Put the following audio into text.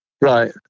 Right